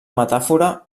metàfora